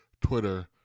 Twitter